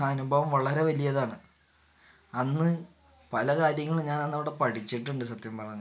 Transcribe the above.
അനുഭവം വളരെ വലിയതാണ് അന്ന് പല കാര്യങ്ങൾ ഞാൻ അന്ന് അവിടെ പഠിച്ചിട്ടുണ്ട് സത്യം പറഞ്ഞാൽ